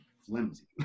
flimsy